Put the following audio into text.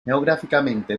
geográficamente